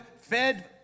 fed